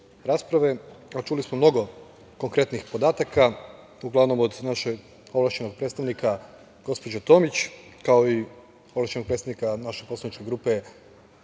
čuli smo mnogo konkretnih podataka, uglavnom od našeg ovlašćenog predstavnika gospođe Tomić, kao i ovlašćenog predstavnika naše poslaničke grupe